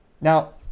Now